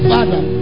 Father